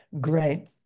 great